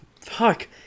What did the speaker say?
Fuck